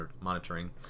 monitoring